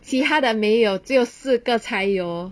其他的没有只有四个才有